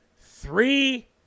three